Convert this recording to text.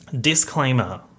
Disclaimer